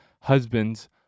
Husbands